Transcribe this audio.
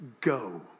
go